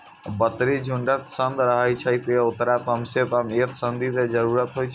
बकरी झुंडक संग रहै छै, तें ओकरा कम सं कम एक संगी के जरूरत होइ छै